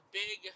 big